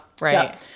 Right